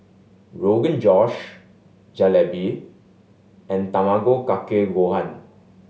Rogan Josh Jalebi and Tamago Kake Gohan